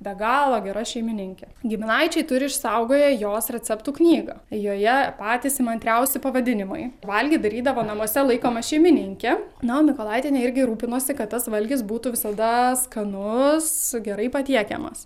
be galo gera šeimininkė giminaičiai turi išsaugoję jos receptų knygą joje patys įmantriausi pavadinimai valgyt darydavo namuose laikoma šeimininkė na o mykolaitienė irgi rūpinosi kad tas valgis būtų visada skanus gerai patiekiamas